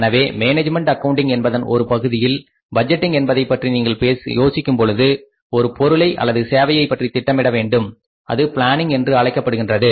எனவே management accounting என்பதன் ஒரு பகுதியில் பட்ஜெட்டிங் என்பதைப் பற்றி நீங்கள் யோசிக்கும் பொழுது ஒரு பொருளை அல்லது சேவையை பற்றி திட்டமிட வேண்டும் அது பிளானிங் என்று அழைக்கப்படுகின்றது